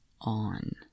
on